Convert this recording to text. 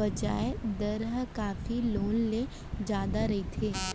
बियाज दर ह बाकी लोन ले जादा रहिथे